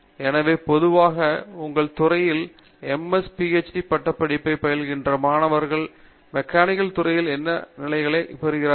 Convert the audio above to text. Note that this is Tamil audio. எனவே பொதுவாக உங்கள் துறையிலிருந்து MS PhD பட்டப்படிப்பைப் பயில்கின்ற மாணவர்கள் மெக்கானிக்ஸ் துறையில் என்ன நிலைகளை பெறுகிறார்கள்